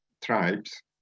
tribes